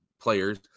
players